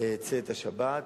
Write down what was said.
צאת השבת.